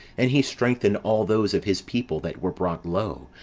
and he strengthened all those of his people that were brought low,